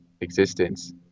existence